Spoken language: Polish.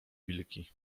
wilki